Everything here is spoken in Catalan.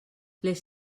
les